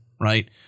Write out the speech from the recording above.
right